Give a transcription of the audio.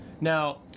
Now